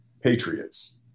Patriots